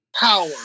power